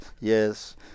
yes